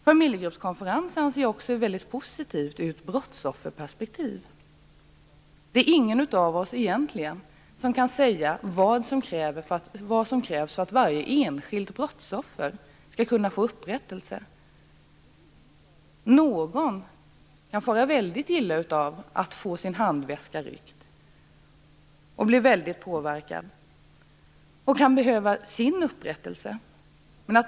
Familjegruppskonferenser anser jag också är väldigt positivt ur brottsofferperspektiv. Det är egentligen ingen av oss som kan säga vad som krävs för att varje enskilt brottsoffer skall kunna få upprättelse. Någon kan fara väldigt illa av att få sin handväska ryckt och bli väldigt påverkad, och en sådan person kan behöva sin upprättelse.